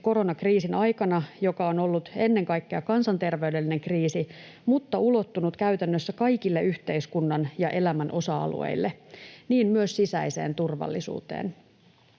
koronakriisin aikana, joka on ollut ennen kaikkea kansanterveydellinen kriisi mutta ulottunut käytännössä kaikille yhteiskunnan ja elämän osa-alueille, niin myös sisäiseen turvallisuuteen.